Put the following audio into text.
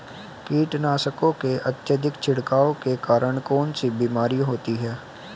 कीटनाशकों के अत्यधिक छिड़काव के कारण कौन सी बीमारी होती है?